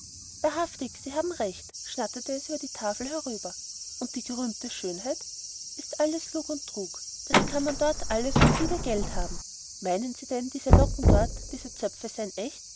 wahrhaftig sie haben recht schnatterte es über die tafel herüber und die gerühmte schönheit ist alles lug und trug das kann man alles dort ums liebe geld haben meinen sie denn diese locken dort die zöpfe seien echt